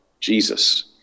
Jesus